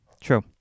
true